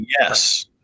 Yes